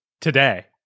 Today